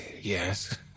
yes